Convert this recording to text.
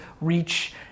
reach